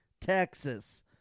Texas